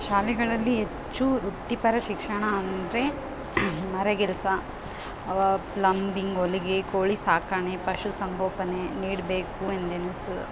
ಶಾಲೆಗಳಲ್ಲಿ ಹೆಚ್ಚು ವೃತ್ತಿಪರ ಶಿಕ್ಷಣ ಅಂದರೆ ಮರಗೆಲಸ ಅವ ಪ್ಲಮ್ಬಿಂಗ್ ಹೊಲಿಗೆ ಕೋಳಿ ಸಾಕಣೆ ಪಶುಸಂಗೋಪನೆ ನೀಡಬೇಕು ಎಂದೆನಿಸು